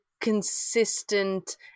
consistent